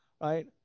right